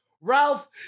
Ralph